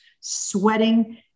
sweating